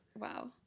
Wow